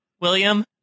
William